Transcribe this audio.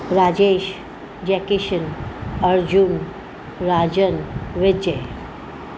Rajesh Jaikishan Arjun Rajan Vijay